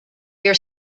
your